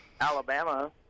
Alabama